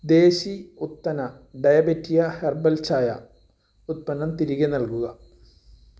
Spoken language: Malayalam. ദേശി ഉത്തന ഡയബെറ്റിയ ഹെർബൽ ചായ ഉൽപ്പന്നം തിരികെ നൽകുക